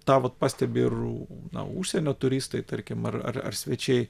tą vat pastebi ir na užsienio turistai tarkim ar ar svečiai